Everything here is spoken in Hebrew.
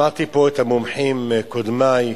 שמעתי פה את המומחים, קודמי,